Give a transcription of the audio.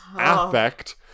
affect